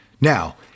Now